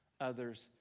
Others